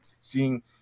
seeing